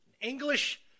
English